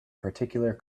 particular